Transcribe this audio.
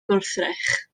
gwrthrych